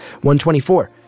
124